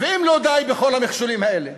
ואם לא די בכל המכשולים האלה,